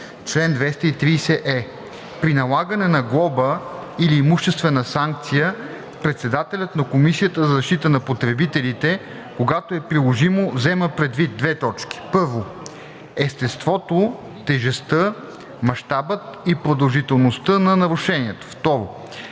„Чл. 230е. При налагане на глоба или имуществена санкция председателят на Комисията за защита на потребителите, когато е приложимо, взема предвид: 1. естеството, тежестта, мащабът и продължителността на нарушението; 2.